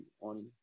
on